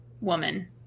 woman